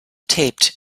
taped